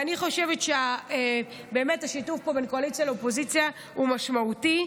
אני חושבת שהשיתוף פה בין קואליציה לאופוזיציה הוא משמעותי,